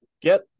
Get